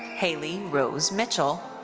haley rose mitchell.